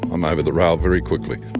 i'm over the rail very quickly,